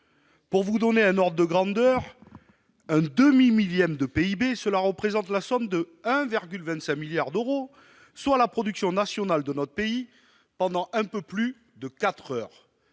Pour vous donner un ordre de grandeur, un demi-millième de PIB représente la somme de 1,25 milliard d'euros, soit la production nationale de notre pays pendant un peu plus de 4 heures.